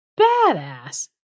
badass